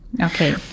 Okay